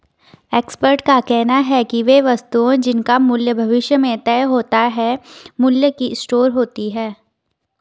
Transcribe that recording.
expert का कहना है कि वे वस्तुएं जिनका मूल्य भविष्य में तय होता है मूल्य की स्टोर होती हैं